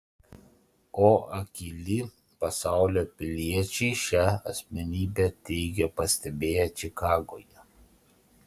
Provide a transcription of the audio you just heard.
o akyli pasaulio piliečiai šią asmenybę teigia pastebėję čikagoje